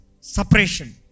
Separation